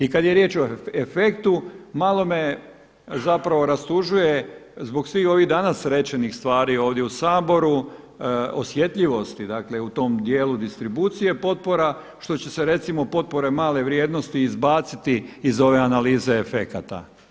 I kada je riječ o efektu malo me zapravo rastužuje zbog svih ovih danas rečenih stvari ovdje u Saboru, osjetljivosti u tom dijelu distribucije potpora što će se recimo potpore male vrijednosti izbaciti iz ove analize efekata.